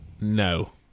No